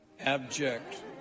Abject